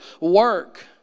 Work